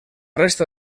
resta